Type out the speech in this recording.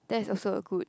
that's also a good